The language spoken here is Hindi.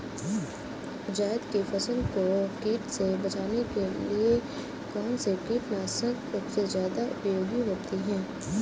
जायद की फसल को कीट से बचाने के लिए कौन से कीटनाशक सबसे ज्यादा उपयोगी होती है?